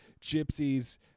gypsies